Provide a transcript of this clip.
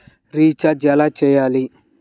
Recharge ఎలా చెయ్యాలి?